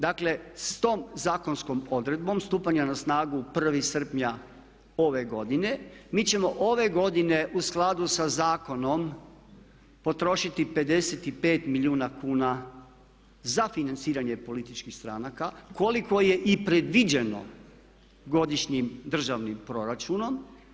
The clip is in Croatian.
Dakle, s tom zakonskom odredbom stupanja na snagu 1. srpnja ove godine mi ćemo ove godine u skladu sa zakonom potrošiti 55 milijuna kuna za financiranje političkih stranaka koliko je i predviđeno godišnjim državnim proračunom.